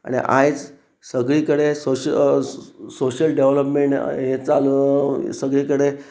आनी आयज सगळी कडेन सोश सोशयल डेवलोपमेंट हें चालू सगळी कडेन